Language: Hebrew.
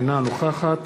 אינה נוכחת